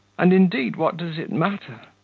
and indeed, what does it matter?